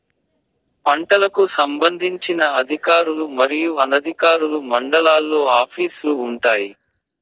పంటలకు సంబంధించిన అధికారులు మరియు అనధికారులు మండలాల్లో ఆఫీస్ లు వుంటాయి?